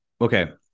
okay